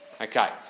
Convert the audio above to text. Okay